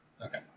Okay